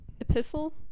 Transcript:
epistle